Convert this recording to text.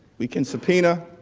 we can subpoena